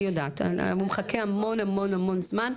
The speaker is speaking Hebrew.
אני יודעת הוא מחכה המון המון זמן,